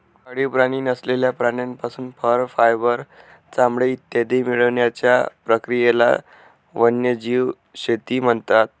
पाळीव प्राणी नसलेल्या प्राण्यांपासून फर, फायबर, चामडे इत्यादी मिळवण्याच्या प्रक्रियेला वन्यजीव शेती म्हणतात